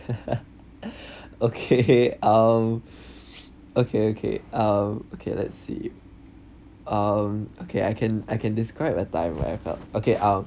okay um okay okay um okay let's see um okay I can I can describe a time in life okay um